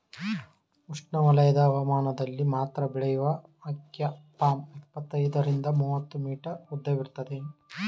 ಉಷ್ಣವಲಯದ ಹವಾಮಾನದಲ್ಲಿ ಮಾತ್ರ ಬೆಳೆಯುವ ಅಕೈ ಪಾಮ್ ಇಪ್ಪತ್ತೈದರಿಂದ ಮೂವತ್ತು ಮೀಟರ್ ಉದ್ದವಿರ್ತದೆ